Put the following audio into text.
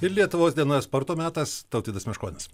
ir lietuvos dienoje sporto metas tautvydas meškonis